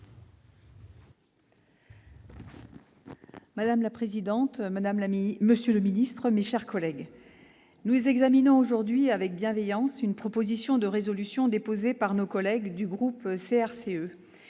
Madame la présidente, monsieur le secrétaire d'État, mes chers collègues, nous examinons aujourd'hui, avec bienveillance, une proposition de résolution déposée par nos collègues du groupe